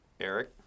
Eric